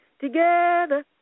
together